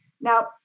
Now